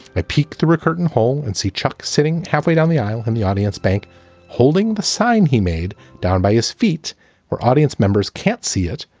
i pick the record and home and see chuck sitting halfway down the aisle and the audience bank holding the sign he made down by his feet where audience members can't see it,